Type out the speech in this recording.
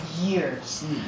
years